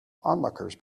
onlookers